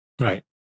Right